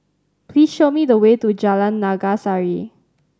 please show me the way to Jalan Naga Sari